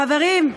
חברים,